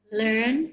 learn